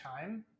time